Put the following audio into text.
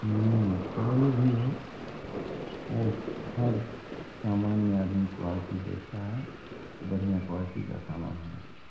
कोई भी हो हर हर सामान्य आदमी क्वालटी देख रहा है बढ़िया क्वालटी का सामान होना चाहिए